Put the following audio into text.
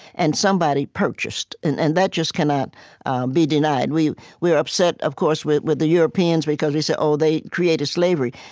and somebody purchased. and and that just cannot be denied we're upset, of course, with with the europeans, because, we say, oh, they created slavery.